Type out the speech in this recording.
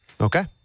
Okay